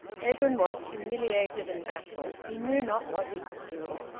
edwin was humiliated and baffled. he knew not what he could do.